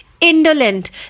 Indolent